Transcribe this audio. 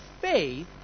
faith